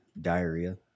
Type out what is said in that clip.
Diarrhea